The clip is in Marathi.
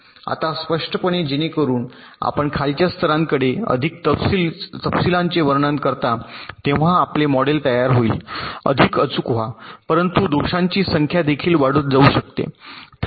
आता स्पष्टपणे जेणेकरून आपण खालच्या स्तराकडे अधिक तपशीलांचे वर्णन करता तेव्हा आपले मॉडेल तयार होईल अधिक अचूक व्हा परंतु दोषांची संख्या देखील वाढत जाऊ शकते